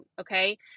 okay